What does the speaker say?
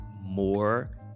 more